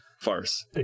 farce